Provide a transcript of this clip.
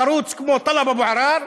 חרוץ, כמו טלב אבו עראר,